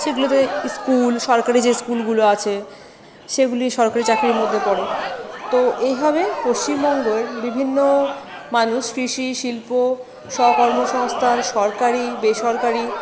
সেগুলোতে স্কুল সরকারি যে স্কুলগুলো আছে সেগুলি সরকারি চাকরির মধ্যে পরে তো এইভাবে পশ্চিমবঙ্গর বিভিন্ন মানুষ কৃষি শিল্প স্বকর্মসংস্থান সরকারি বেসরকারি